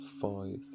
five